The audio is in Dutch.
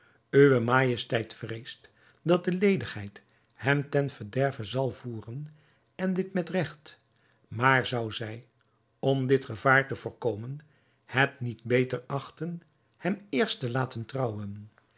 uwe majesteit vreest dat de ledigheid hem ten verderve zal voeren en dit met regt maar zou zij om dit gevaar te voorkomen het niet beter achten hem eerst te laten trouwen